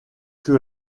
que